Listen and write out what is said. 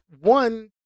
one